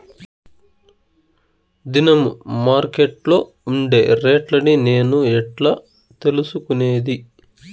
దినము మార్కెట్లో ఉండే రేట్లని నేను ఎట్లా తెలుసుకునేది?